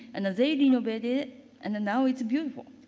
and as they renovated it. and then now it's beautiful.